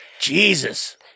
jesus